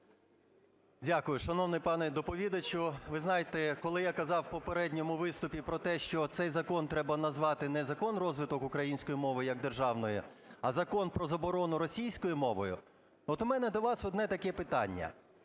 Дякую. Шановний пане доповідачу, ви знаєте, коли я казав в попередньому виступі про те, що цей закон треба назвати не Закон розвитку української мови як державної, а Закон про заборону російської мови, от у мене до вас таке питання.